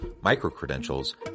micro-credentials